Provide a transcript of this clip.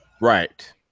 Right